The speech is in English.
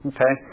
Okay